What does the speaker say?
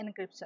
encryption